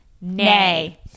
nay